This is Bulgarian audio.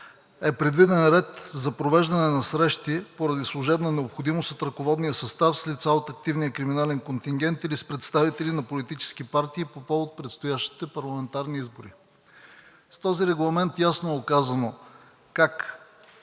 е предвиден ред за провеждане на срещи поради служебна необходимост от ръководния състав с лица от активния криминален контингент или с представители на политически партии по повод предстоящите парламентарни избори. С този регламент ясно е указано как